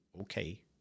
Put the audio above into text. okay